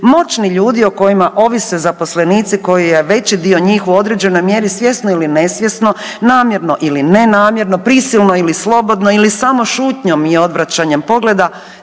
moćni ljudi o kojima ovise zaposlenici koji je veći dio njih u određenoj mjeri svjesno ili nesvjesno, namjerno ili ne namjerno, prisilno ili slobodno ili samo šutnjom i odvraćanjem pogleda